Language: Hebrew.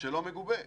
שלא מגובה.